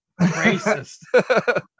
Racist